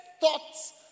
thoughts